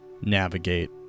navigate